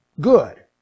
good